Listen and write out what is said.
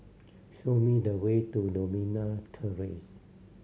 show me the way to Novena Terrace